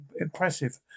impressive